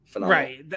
Right